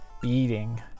beating